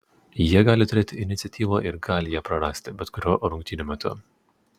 jie gali turėti iniciatyvą ir gali ją prarasti bet kuriuo rungtynių metu